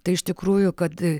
tai iš tikrųjų kad